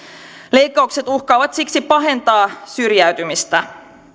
leikkaukset uhkaavat siksi pahentaa syrjäytymistä